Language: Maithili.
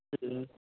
जी